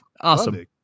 Awesome